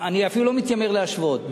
אני אפילו לא מתיימר להשוות.